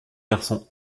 garçons